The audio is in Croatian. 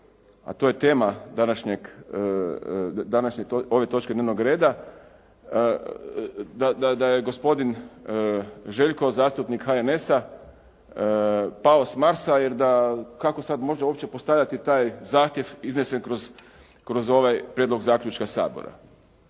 a to je tema današnje, ove točke dnevnog reda da je gospodin Željko zastupnik HNS-a pao s Marsa, jer da kako sad može uopće postavljati taj zahtjev iznesen kroz ovaj prijedlog zaključka Sabora.